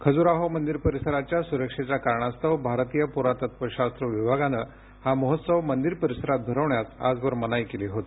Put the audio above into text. खजुराहो मंदिर परिसराच्या सुरक्षेप्या कारणास्तव भारतीय पुरातत्वशास्व विभागानं हा महोत्सव मंदिर परिसरात भरवण्यास आजवर मनाई केली होती